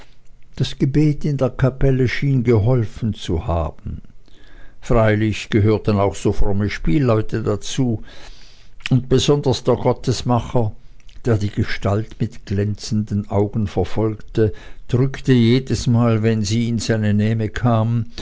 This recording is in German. das gebet in der kapelle schien geholfen zu haben freilich gehörten auch so fromme spielleute dazu und besonders der gottesmacher der die gestalt mit glänzenden augen verfolgte drückte jedesmal wenn sie in seine nähe kam